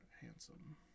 handsome